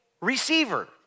receiver